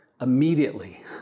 Immediately